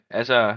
Altså